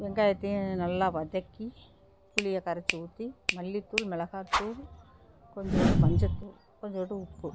வெங்காயத்தையும் நல்லா வதக்கி புளியை கரைத்து ஊற்றி மல்லித்தூள் மிளகாத்தூள் கொஞ்சோண்டு மஞ்சத்தூள் கொஞ்சோண்டு உப்பு